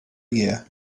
year